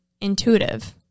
intuitive